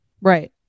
Right